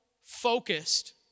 focused